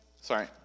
sorry